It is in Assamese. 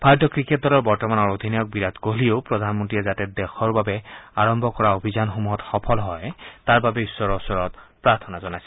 ভাৰতীয় ক্ৰিকেট দলৰ বৰ্তমানৰ অধিনায়ক বিৰাট কোহলীয়েও প্ৰধানমন্ত্ৰীয়ে যাতে দেশৰ বাবে আৰম্ভ কৰা অভিযানসমূহত সফল হয় তাৰ বাবে ঈশ্বৰৰ ওচৰত প্ৰৰ্থনা জনাইছে